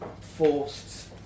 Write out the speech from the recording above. forced